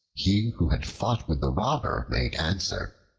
he who had fought with the robber made answer,